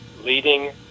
leading